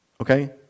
Okay